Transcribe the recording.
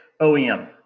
OEM